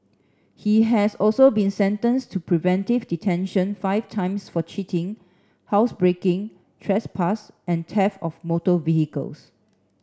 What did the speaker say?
he has also been sentenced to preventive detention five times for cheating housebreaking trespass and theft of motor vehicles